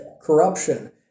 corruption